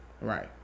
right